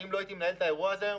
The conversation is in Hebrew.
אם לא הייתי מנהל את האירוע הזה,